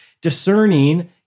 discerning